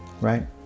Right